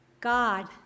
God